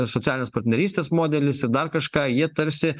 socialinės partnerystės modelis ir dar kažką jie tarsi